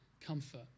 comfort